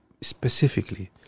specifically